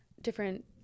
different –